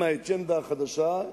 עם האג'נדה החדשה,